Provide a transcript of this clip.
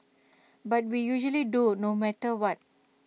but we usually do no matter what